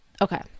Okay